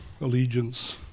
allegiance